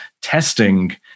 Testing